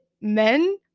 men